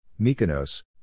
Mykonos